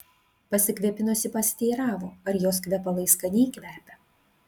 pasikvėpinusi pasiteiravo ar jos kvepalai skaniai kvepią